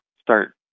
start